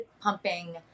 pumping